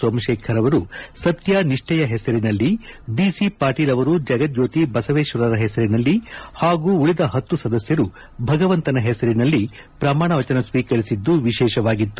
ಸೋಮಶೇಖರ್ ಅವರು ಸತ್ಯ ನಿಷ್ಠೆಯ ಹೆಸರಿನಲ್ಲಿ ಬಿ ಸಿ ಪಾಟೀಲ್ ಅವರು ಜಗಜ್ಯೋತಿ ಬಸವೇಶ್ವರರ ಹೆಸರಿನಲ್ಲಿ ಹಾಗೂ ಉಳಿದ ಪತ್ತು ಸದಸ್ಯರು ಭಗವಂತನ ಹೆಸರಿನಲ್ಲಿ ಪ್ರಮಾಣವಚನ ಸ್ವೀಕರಿಸಿದ್ದು ವಿಶೇಷವಾಗಿತ್ತು